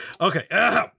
Okay